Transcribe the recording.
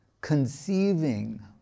conceiving